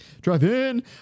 Drive-in